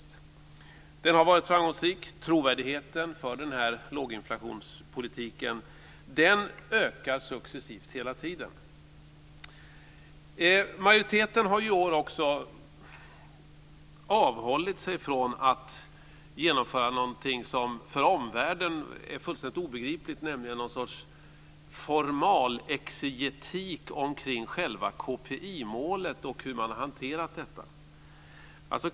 Denna låginflationspolitik har varit framgångsrik, och trovärdigheten för den ökar successivt hela tiden. Majoriteten har i år avhållit sig från någonting som för omvärlden är fullständigt obegripligt, nämligen någon sorts formalexegetik omkring hur KPI målet har hanterats.